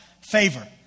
Favor